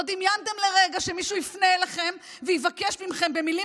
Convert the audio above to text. לא דמיינתם לרגע שמישהו יפנה אליכם ויבקש מכם במילים